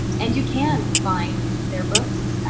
and you can find their books,